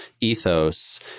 ethos